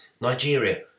Nigeria